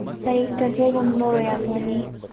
ꯂꯩꯇꯕꯒꯨꯝꯕ ꯑꯣꯏꯔꯝꯃꯅꯤ